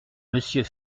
monsieur